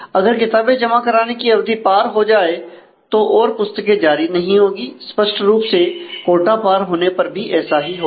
अगर किताबें जमा कराने की अवधि पार हो जाए तो और पुस्तके जारी नहीं होगी स्पष्ट रूप से कोटा पार होने पर भी ऐसा ही होगा